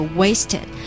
wasted